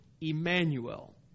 Emmanuel